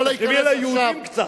תחשבי על היהודים קצת.